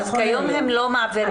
אז כיום הם לא מעבירים?